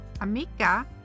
amica